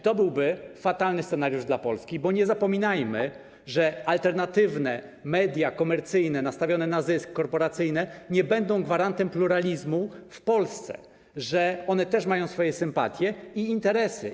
To byłby fatalny scenariusz dla Polski, bo nie zapominajmy, że alternatywne media komercyjne nastawione na zysk, korporacyjne, nie będą gwarantem pluralizmu w Polsce, że one też mają swoje sympatie i interesy.